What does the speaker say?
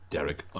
Derek